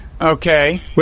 Okay